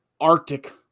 Arctic